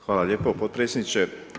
Hvala lijepo potpredsjedniče.